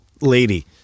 lady